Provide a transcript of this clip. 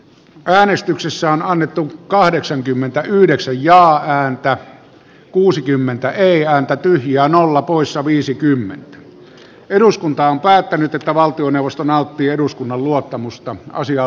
caäänestyksessä on annettu hyväksytty ja häntä kuusikymmentä ei ääntä tyhjään olla poissa viisikymmentä eduskunta on päättänyt että valtioneuvosto nauttia eduskunnan luottamusta naisia